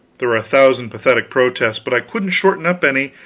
there were a thousand pathetic protests, but i couldn't shorten up any,